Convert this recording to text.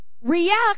react